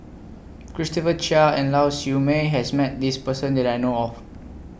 Christopher Chia and Lau Siew Mei has Met This Person that I know of